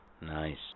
Nice